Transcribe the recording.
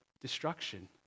destruction